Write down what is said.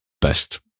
best